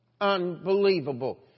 unbelievable